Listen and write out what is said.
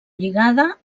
lligada